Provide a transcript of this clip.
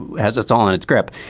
has its all in its grip.